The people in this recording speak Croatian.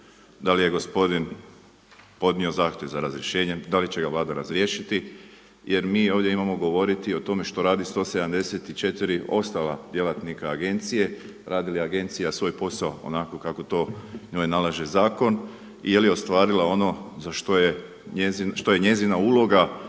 da li je gospodin podnio zahtjev za razrješenjem, da li će ga Vlada razriješiti jer mi ovdje imamo govoriti o tome što radi 174 ostala djelatnika agencije, radi li agencija svoj posao onako kako to njoj nalaže zakon i je li ostvarila što je njezina uloga